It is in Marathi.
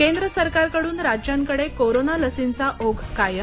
केंद्रसरकारकडून राज्यांकडे कोरोना लसींचा ओघ कायम